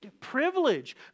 privilege